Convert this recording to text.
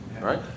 right